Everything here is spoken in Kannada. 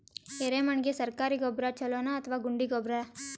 ಎರೆಮಣ್ ಗೆ ಸರ್ಕಾರಿ ಗೊಬ್ಬರ ಛೂಲೊ ನಾ ಅಥವಾ ಗುಂಡಿ ಗೊಬ್ಬರ?